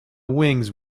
wings